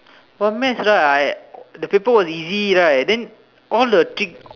for math right I the paper was easy right then all the tricks